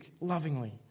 lovingly